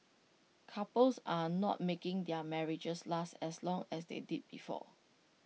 couples are not making their marriages last as long as they did before